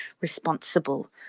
responsible